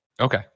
Okay